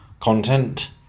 content